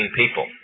people